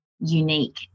unique